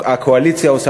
הקואליציה עושה,